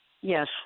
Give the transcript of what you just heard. Yes